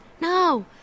No